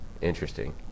Interesting